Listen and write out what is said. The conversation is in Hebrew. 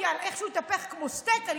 כי על איך שהוא התהפך כמו סטייק אני